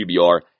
QBR